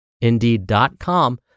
indeed.com